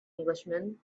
englishman